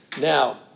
Now